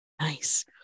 nice